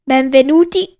Benvenuti